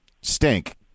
stink